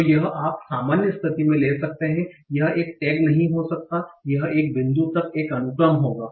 तो यह आप सामान्य स्थिति में ले सकते हैं यह एक टैग नहीं हो सकता है यह इस बिंदु तक एक अनुक्रम होगा